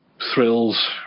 thrills